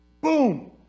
Boom